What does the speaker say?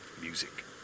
music